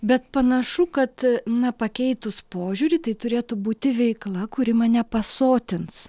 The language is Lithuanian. bet panašu kad na pakeitus požiūrį tai turėtų būti veikla kuri mane pasotins